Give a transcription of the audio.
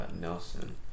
Nelson